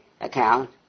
account